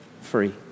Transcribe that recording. free